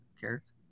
Carrots